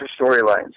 storylines